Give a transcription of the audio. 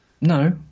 No